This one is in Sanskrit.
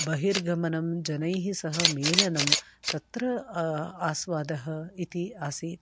बहिर्गमनं जनैः सह मेलनं तत्र आस्वादः इति आसीत्